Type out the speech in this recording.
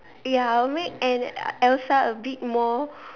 ya I'll make an Elsa a bit more